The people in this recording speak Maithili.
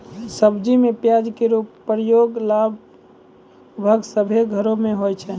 सब्जी में प्याज केरो प्रयोग लगभग सभ्भे घरो म होय छै